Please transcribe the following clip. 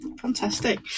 Fantastic